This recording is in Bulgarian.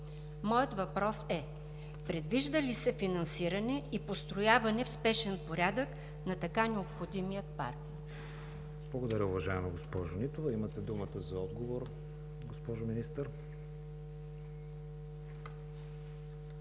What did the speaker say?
Моят въпрос е: предвижда ли се финансиране и построяване в спешен порядък на така необходимия паркинг?